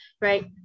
right